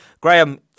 Graham